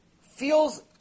feels